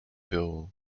bill